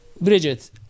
Bridget